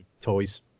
toys